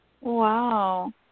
Wow